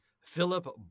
Philip